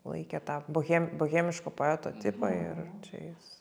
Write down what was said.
laikė tą bohem bohemiško poeto tipą ir čia jis